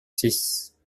six